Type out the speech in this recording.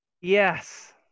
Yes